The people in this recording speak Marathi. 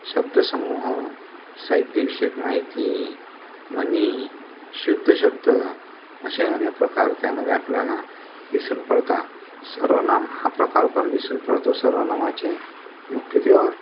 शब्दसमूह साहित्यविषयक माहिती म्हणी शुद्ध शब्द असे अनेक प्रकार त्यामध्ये आपल्याला दिसून पडतात सर्वनाम हा प्रकार पण दिसून पडतो सर्वनामाचे मुख्यत्वे वा